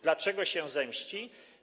Dlaczego się zemści?